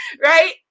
right